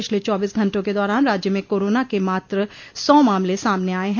पिछले चौबीस घंटे के दौरान राज्य में कोरोना के मात्र सौ मामले सामने आये हैं